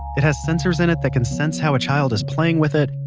it has sensors in it that can sense how a child is playing with it.